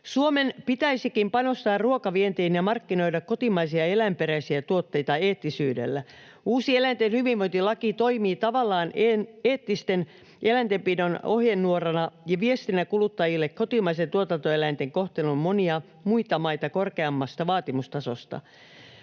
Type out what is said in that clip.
Suomen pitäisikin panostaa ruokavientiin ja markkinoida kotimaisia eläinperäisiä tuotteita eettisyydellä. Uusi eläinten hyvinvointilaki toimii tavallaan eettisen eläintenpidon ohjenuorana ja viestinä kuluttajille kotimaisen tuotantoeläinten kohtelun monia muita maita korkeammasta vaatimustasosta.